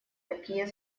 такие